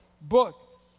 book